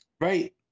Right